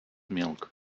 milk